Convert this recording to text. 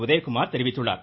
உதயகுமார் தெரிவித்துள்ளார்